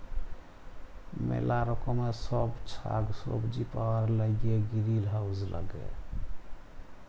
ম্যালা রকমের ছব সাগ্ সবজি পাউয়ার ল্যাইগে গিরিলহাউজ ল্যাগে